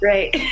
Right